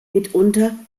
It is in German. mitunter